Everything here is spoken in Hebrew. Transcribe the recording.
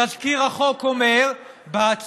תזכיר החוק אומר בהצהרות: